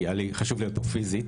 כי זה היה לי חשוב להיות פה פיזית.